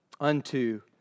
Unto